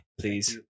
please